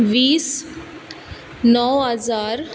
वीस णव हजार